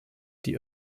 die